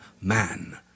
man